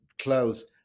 clothes